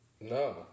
No